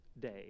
Day